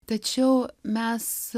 tačiau mes